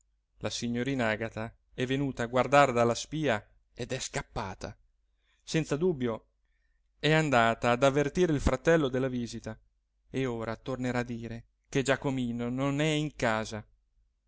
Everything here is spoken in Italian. la signorina agata è venuta a guardar dalla spia ed è scappata senza dubbio è andata ad avvertire il fratello della visita e ora tornerà a dire che giacomino non è in casa